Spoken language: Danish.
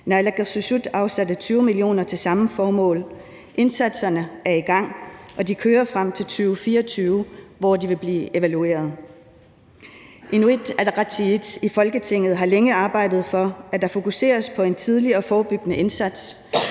Naalakkersuisut afsatte 20 mio. kr. til samme formål, indsatserne er i gang, og de kører frem til 2024, hvor de vil blive evalueret. Inuit Ataqatigiit i Folketinget har længe arbejdet for, at der fokuseres på en tidlig og forebyggende indsats.